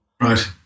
right